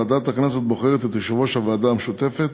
ועדת הכנסת בוחרת את יושב-ראש הוועדה המשותפת